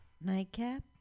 Nightcap